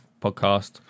podcast